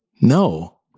no